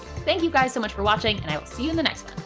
thank you guys so much for watching and i'll see you in the next